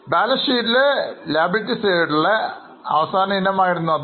balance ഷീറ്റിലെ liability വിഭാഗത്തിലെ അവസാന ഇനം ആയിരുന്നു അത്